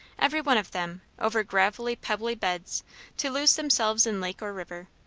every one of them, over gravelly pebbly beds to lose themselves in lake or river.